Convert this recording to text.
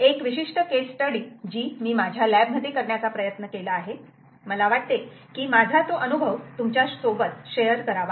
एक विशिष्ट case study जी मी माझ्या लॅब मध्ये करण्याचा प्रयत्न केला आहे मला वाटते की माझा तो अनुभव तुमच्यासोबत शेअर करावा